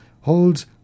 holds